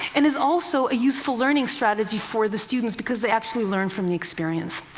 and is also a useful learning strategy for the students, because they actually learn from the experience.